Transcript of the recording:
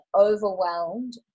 overwhelmed